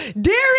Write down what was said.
Derek